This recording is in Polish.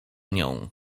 nią